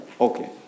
Okay